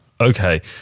okay